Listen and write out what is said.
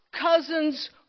cousin's